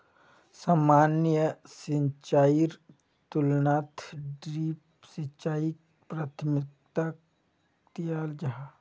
सामान्य सिंचाईर तुलनात ड्रिप सिंचाईक प्राथमिकता दियाल जाहा